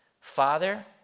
Father